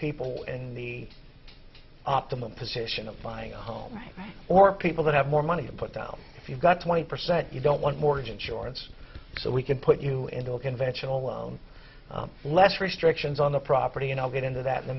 people in the optimum position of buying a home or people that have more money to put down if you've got to percent you don't want mortgage insurance so we can put you into a conventional loan less restrictions on the property and i'll get into that